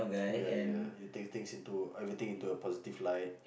ya ya you take things into everything into a positive light